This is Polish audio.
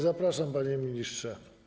Zapraszam, panie ministrze.